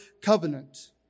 covenant